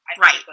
Right